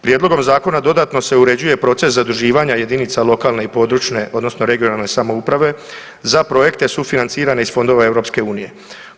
Prijedlogom zakona dodatno se uređuje proces zaduživanja jedinica lokalne i područne odnosno regionalne samouprave za projekte sufinancirane iz fondova EU-a.